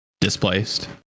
displaced